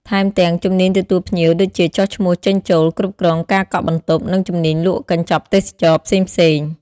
ថែមទាំង ជំនាញទទួលភ្ញៀវ ដូចជាចុះឈ្មោះចេញ-ចូល គ្រប់គ្រងការកក់បន្ទប់ និងជំនាញលក់កញ្ចប់ទេសចរណ៍ផ្សេងៗ។